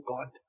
God